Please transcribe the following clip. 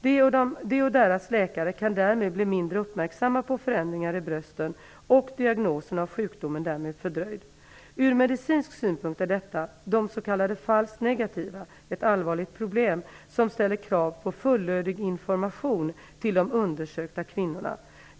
De och deras läkare kan därmed bli mindre uppmärksamma på förändringar i brösten och diagnosen av sjukdomen därmed fördröjd. Ur medicinsk synpunkt är detta, de s.k. falskt negativa, ett allvarligt problem som ställer krav på fullödig information till de undersökta kvinnorna.